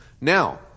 now